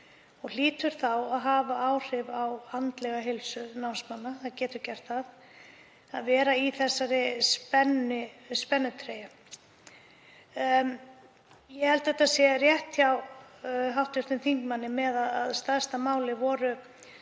og hlýtur þá að hafa áhrif á andlega heilsu námsmanna, það getur gert það, að vera í þessari spennitreyju. Ég held að það sé rétt hjá hv. þingmanni að stærsta málið voru